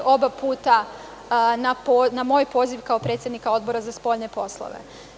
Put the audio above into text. Oba puta na moj poziv kao predsednika Odbora za spoljne poslove.